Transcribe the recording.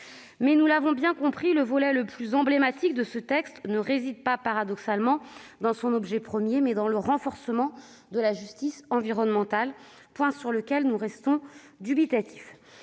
Mais, nous l'avons bien compris, le volet le plus emblématique de ce texte réside, paradoxalement, non pas dans son objet premier, mais dans le renforcement de la justice environnementale- point sur lequel nous restons pour